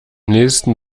nächsten